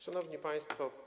Szanowni Państwo!